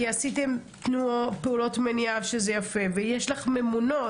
כי עשיתם פעולות מניעה שזה יפה ויש לך ממונות,